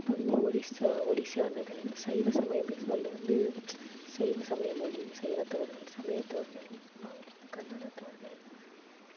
வந்து ஒடிசா ஒடிசாண்டுகள் சைவ சமயம் பேசுபவர்கள் வந்து சைவ சமய மொழி சைனத்தவர்கள் சமயத்தவர்கள் கர்நாடகத்தவர்கள்